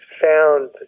found